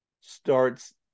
starts